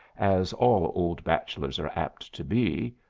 as all old bachelors are apt to be.